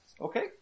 Okay